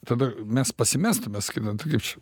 tada mes pasimestume sakytume tai kaip čia